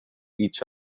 each